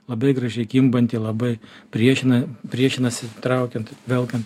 labai gražiai kimbanti labai priešina priešinasi traukiant velkant